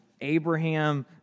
Abraham